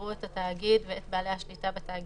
יראו את התאגיד ואת בעלי השליטה בתאגיד